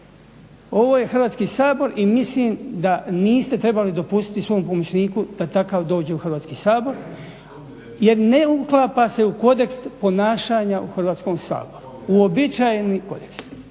ovo je Hrvatski sabor i mislim da niste trebali dopustiti svom pomoćniku da takav dođe u Hrvatski sabor jer ne uklapa se u kodeks ponašanja u Hrvatskom saboru, uobičajeni kodeks.